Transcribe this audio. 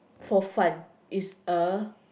for fun is a